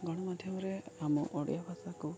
ଗଣମାଧ୍ୟମରେ ଆମ ଓଡ଼ିଆ ଭାଷାକୁ